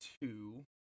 two